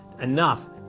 enough